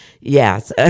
yes